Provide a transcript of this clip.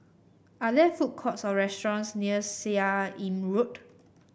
are there food courts or restaurants near Seah Im Road